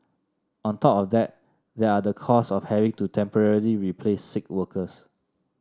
on top of that there are the costs of having to temporarily replace sick workers